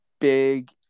big